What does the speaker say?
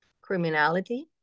criminality